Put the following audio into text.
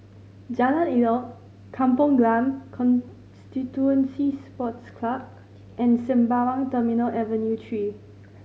Jalan Elok Kampong Glam Constituency Sports Club and Sembawang Terminal Avenue Three